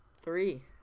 three